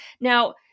Now